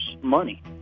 money